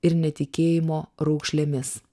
ir netikėjimo raukšlėmis